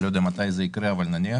אני לא יודע מתי זה יקרה, אבל נניח